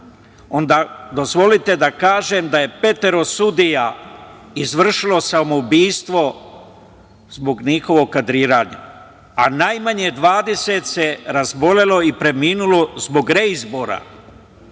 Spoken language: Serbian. onda dozvolite da kažem da je petoro sudija izvršilo samoubistvo zbog njihovog kadriranja, a najmanje 20 se razbolelo i preminulo zbog reizbora.